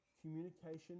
communication